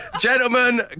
Gentlemen